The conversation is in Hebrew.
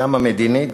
גם המדינית,